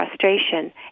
frustration